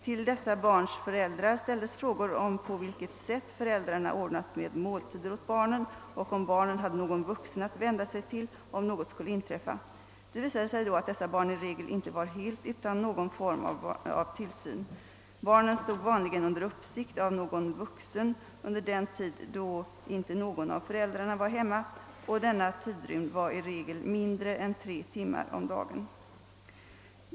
Till dessa barns föräldrar ställdes frågor om på vilket sätt föräldrarna ordnat med måltider åt barnen och om barnen hade någon vuxen att vända sig till om något skulle inträffa. Det visade sig då att dessa barn i regel inte var helt utan någon form av tillsyn. Barnen stod vanligen under uppsikt av någon vuxen under den tid då inte någon av föräldrarna var hemma, och denna tidrymd var i regel mindre än tre timmar om dagen.